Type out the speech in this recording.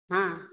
ହଁ